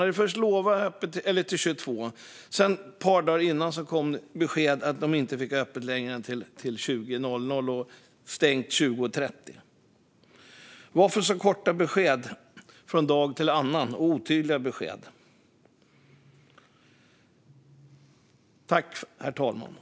Ett par dagar innan det skulle börja gälla kom besked om att man inte fick ha öppet längre än till 20.00 och att det skulle vara stängt 20.30. Varför så korta besked från dag till annan, och varför så otydliga besked?